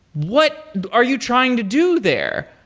what are you trying to do there?